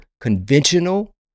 conventional